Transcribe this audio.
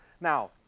Now